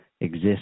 exist